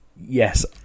Yes